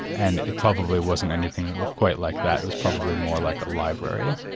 and it probably wasn't anything quite like that, it was probably more like a library,